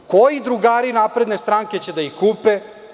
Koji drugari Napredne stranke će da ih kupe?